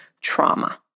trauma